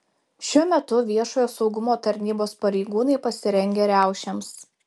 šiuo metu viešojo saugumo tarnybos pareigūnai pasirengę riaušėms